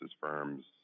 firms